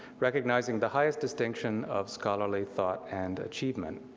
recognizing the highest distinction of scholarly thought and achievement.